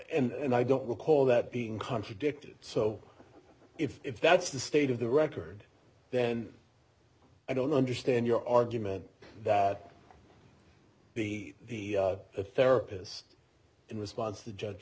so and i don't recall that being contradicted so if that's the state of the record then i don't understand your argument that the therapist in response the judge